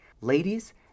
Ladies